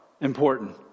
important